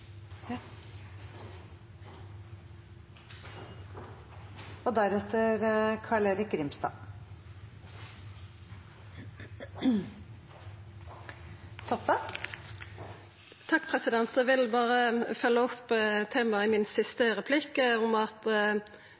Eg vil berre følgja opp temaet i min siste replikk, om at